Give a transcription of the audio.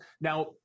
now